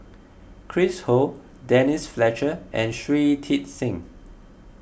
Chris Ho Denise Fletcher and Shui Tit Sing